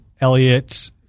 Elliot